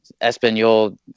Espanol